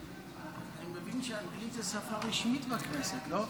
אני מבין שאנגלית היא שפה רשמית בכנסת, לא?